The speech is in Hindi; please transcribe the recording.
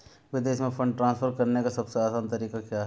विदेश में फंड ट्रांसफर करने का सबसे आसान तरीका क्या है?